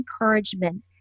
encouragement